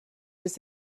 was